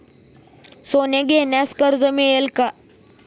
सोने घेण्यासाठी कर्ज मिळते का?